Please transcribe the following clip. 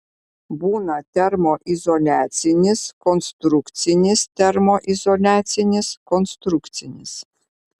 būna termoizoliacinis konstrukcinis termoizoliacinis konstrukcinis